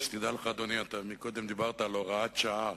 שתדע לך, אדוני, קודם דיברת על הוראת שעה,